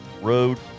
road